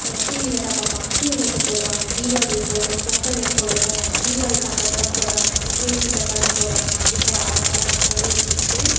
டிவியில் தான் பார்ப்பாங்க டிவியில் எப்போப் போடுவாங்க தீபாவளி எப்போ வரும் பொங்கல் எப்போ வரும் தீபாவளிக்கு அந்தப் படம் போடுறாங்க பொங்கலுக்கு இந்தப் படம் போடுறாங்க அப்படிங்கற ஆர்வமெலாம் ரொம்பவே இருந்துச்சு